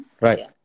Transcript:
Right